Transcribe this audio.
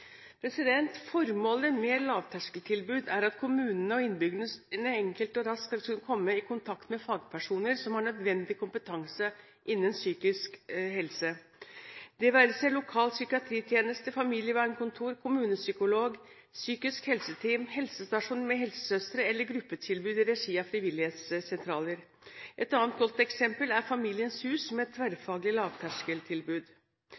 Formålet med lavterskeltilbud er at kommunenes innbyggere enkelt og raskt kan komme i kontakt med fagpersoner som har nødvendig kompetanse innen psykisk helse, det være seg en lokal psykiatritjeneste, familievernkontor, kommunepsykolog, psykisk helseteam, helsestasjon med helsesøstre eller gruppetilbud i regi av frivillighetssentraler. Et annet godt eksempel er Familiens hus,